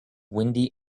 windy